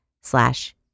slash